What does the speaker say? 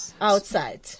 outside